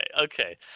okay